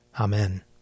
Amen